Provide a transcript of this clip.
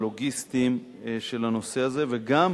הלוגיסטיים של הנושא הזה וגם